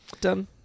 Done